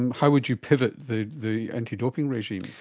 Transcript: and how would you pivot the the anti-doping regime?